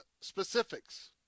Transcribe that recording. specifics